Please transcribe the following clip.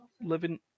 living